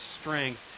strength